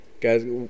Guys